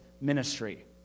ministry